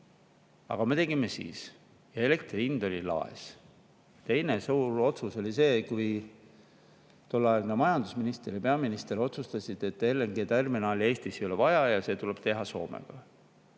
aga me tegime seda siis ja elektri hind oli laes. Teine suur otsus oli see: tolleaegne majandusminister ja peaminister otsustasid, et LNG-terminali Eestisse ei ole vaja ja see tuleb teha koos Soomega.